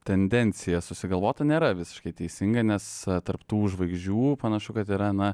tendencija susigalvota nėra visiškai teisinga nes tarp tų žvaigždžių panašu kad yra na